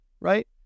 right